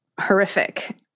horrific